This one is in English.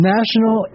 National